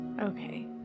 Okay